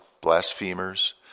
blasphemers